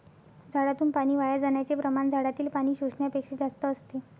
झाडातून पाणी वाया जाण्याचे प्रमाण झाडातील पाणी शोषण्यापेक्षा जास्त असते